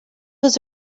was